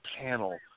panel